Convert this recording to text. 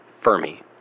Fermi